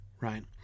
right